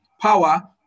power